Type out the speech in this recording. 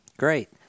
Great